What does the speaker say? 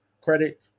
credit